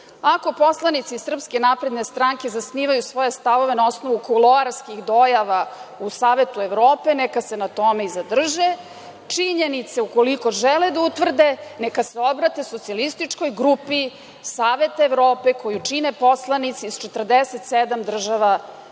poslanici SNS zasnivaju svoje stavove na osnovu kuloarskih dojava u Savetu Evrope, neka se na tome i zadrže. Činjenice, ukoliko žele da utvrde, neka se obrate socijalističkoj grupi Saveta Evrope koju čine poslanici iz 47 država Evrope